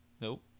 Nope